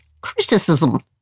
Criticism